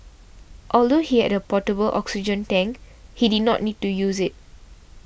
although he had portable oxygen tank he did not need to use it